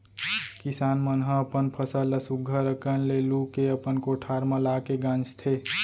किसान मन ह अपन फसल ल सुग्घर अकन ले लू के अपन कोठार म लाके गांजथें